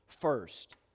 first